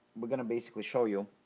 we're gonna basically show you,